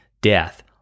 death